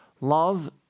love